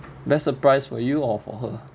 best surprise for you or for her